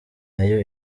nayo